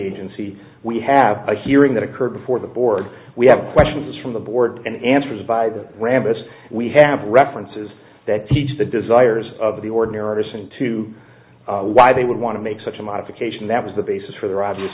agency we have a hearing that occurred before the board we have questions from the board and answers by the rambus we have references that teach the desires of the ordinary person to why they would want to make such a modification that was the basis for their obvious